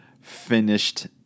finished